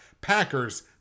Packers